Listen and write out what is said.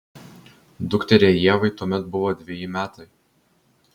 dukteriai ievai tuomet buvo dveji metai